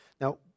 Now